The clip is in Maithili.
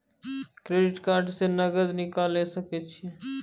क्रेडिट कार्ड से नगद निकाल सके छी?